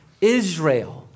Israel